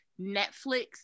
Netflix